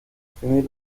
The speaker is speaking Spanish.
definir